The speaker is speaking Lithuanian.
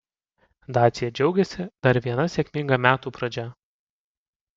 dacia džiaugiasi dar viena sėkminga metų pradžia